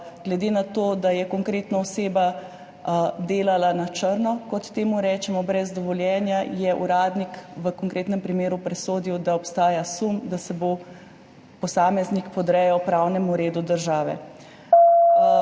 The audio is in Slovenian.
glede na to, da je konkretno oseba delala na črno, kot temu rečemo, brez dovoljenja, uradnik v konkretnem primeru presodil, da obstaja sum, da se posameznik ne bo podrejal pravnemu redu države.